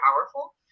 powerful